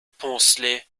poncelet